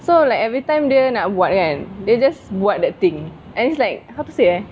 so like everytime dia nak buat kan they just buat that thing and it's like how to say ah